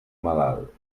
malalt